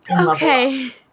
Okay